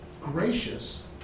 gracious